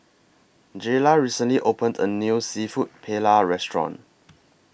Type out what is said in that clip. Jayla recently opened A New Seafood Paella Restaurant